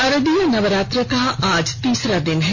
शारदीय नवरात्र का आज तीसरा दिन है